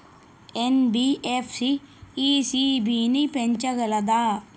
NBFC ECB ని పెంచగలదా?